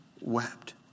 Wept